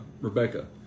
Rebecca